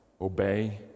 obey